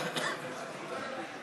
החוק של ידידי היקר,